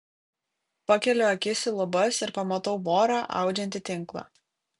pakeliu akis į lubas ir pamatau vorą audžiantį tinklą